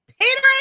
Peter